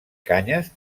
canyes